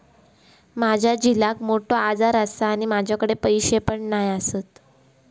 माझ्या झिलाक मोठो आजार आसा आणि माझ्याकडे पैसे पण नाय आसत